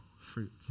fruit